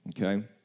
okay